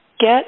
get